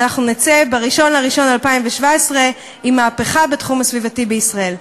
ואנחנו נצא ב-1 בינואר 2017 עם מהפכה בתחום הסביבתי בישראל.